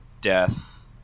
death